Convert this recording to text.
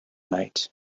night